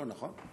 לא, נכון.